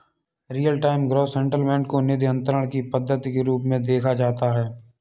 real time gross settlement को निधि अंतरण की पद्धति के रूप में देखा जाता है